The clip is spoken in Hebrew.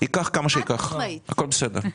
ייקח כמה שייקח, הכול בסדר.